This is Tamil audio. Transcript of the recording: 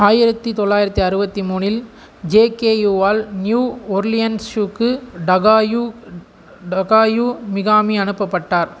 ஆயிரத்து தொள்ளாயிரத்து அறுபத்தி மூணில் ஜேகேயூவால் நியூ ஒர்லியன்ஸுக்கு டகாயூ டகாயூ மிகாமி அனுப்பப்பட்டார்